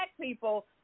people